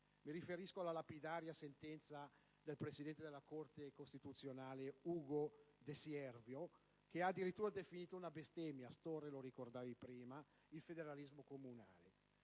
Mi riferisco alla lapidaria sentenza del presidente della Corte costituzionale Ugo De Siervo, che ha addirittura definito «una bestemmia» il federalismo comunale,